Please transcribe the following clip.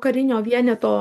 karinio vieneto